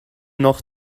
noch